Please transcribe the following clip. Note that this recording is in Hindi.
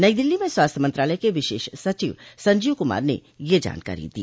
नई दिल्ली में स्वास्थ्य मंत्रालय के विशेष सचिव संजीव कुमार ने यह जानकारी दी